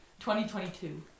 2022